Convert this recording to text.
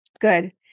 good